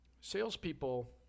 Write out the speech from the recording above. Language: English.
salespeople